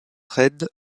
raids